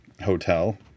hotel